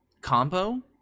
combo